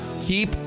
keep